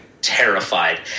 terrified